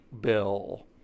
bill